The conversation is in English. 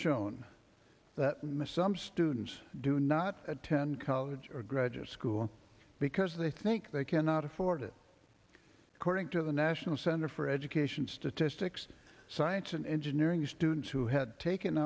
shown that missed some students do not attend college or graduate school because they think they cannot afford it according to the national center for education statistics science and engineering students who had taken